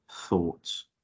Thoughts